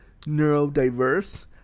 neurodiverse